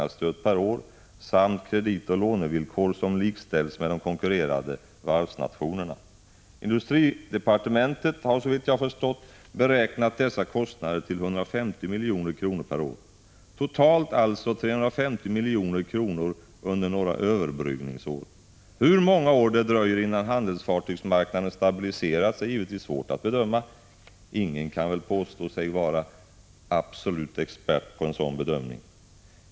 Dessutom krävs kreditoch lånevillkor som överensstämmer med de konkurrerande varvsnationernas. Industridepartementet har, såvitt jag förstått, beräknat dessa kostnader till 150 milj.kr. per år. Det rör sig alltså om totalt 350 milj.kr. under några överbryggningsår. Hur många år det dröjer innan handelsfartygsmarknaden stabiliserats är givetvis svårt att bedöma — ingen kan väl påstå sig vara expert när det gäller en sådan bedömning.